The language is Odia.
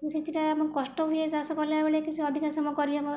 ମୁଁ ସେତେଟା ମୋ କଷ୍ଟ ହୁଏ ଚାଷ କଲାବେଳେ କିଛି ଅଧିକା ସମୟ କରିହେବ